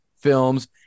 films